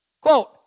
Quote